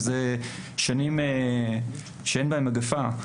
שאלה שנים שלא הייתה בהן מגיפה,